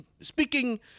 speaking